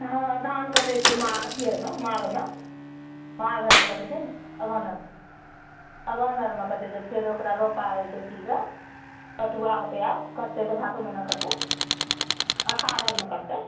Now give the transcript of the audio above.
हँ धान कटै छै माघ अथी आओरमे माघमे माघ आओरमे कटै छै ने अगहन आओरमे अगहन आओरमे कटै छै फेर ओकरा रोपा होइ छै अथीके पटुआ होतै आब कटतै तऽ भादो महिना कटतै अखाढ़ आओरमे कटतै